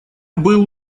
был